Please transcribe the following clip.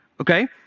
okay